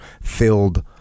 filled